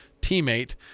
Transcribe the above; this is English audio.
teammate